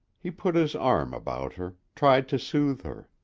he put his arm about her, tried to soothe her.